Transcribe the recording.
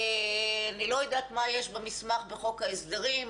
אני לא יודעת מה יש במסמך בחוק ההסדרים.